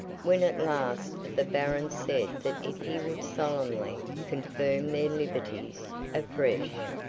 when at last the barons said that if he would solemnly confirm their liberties afresh,